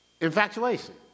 Infatuation